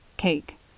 cake